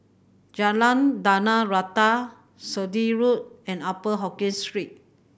Jalan Tanah Rata Sturdee Road and Upper Hokkien Street